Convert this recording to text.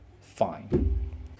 fine